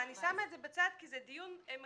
אבל אני שמה את זה בצד כי זה דיון מקביל,